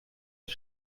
ist